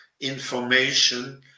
information